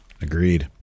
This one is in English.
Agreed